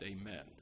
amen